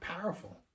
powerful